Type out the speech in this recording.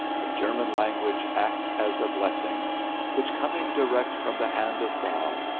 the german language acts as a blessing which, coming direct from the hand of god,